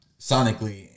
sonically